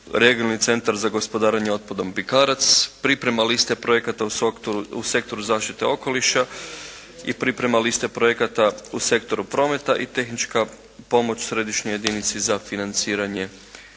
Regionalni centar za gospodarenje otpadom "Bikarac". Priprema liste projekata u sektoru zaštite okoliša i priprema liste projekta u sektoru prometa i tehnička pomoć središnjoj jedinici za financiranje